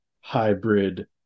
hybrid